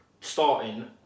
starting